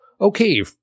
okay